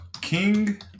King